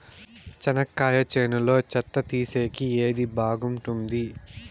చెనక్కాయ చేనులో చెత్త తీసేకి ఏది బాగుంటుంది?